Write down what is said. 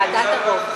ועדת ערו"ב.